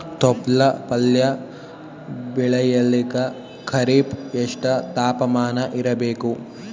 ತೊಪ್ಲ ಪಲ್ಯ ಬೆಳೆಯಲಿಕ ಖರೀಫ್ ಎಷ್ಟ ತಾಪಮಾನ ಇರಬೇಕು?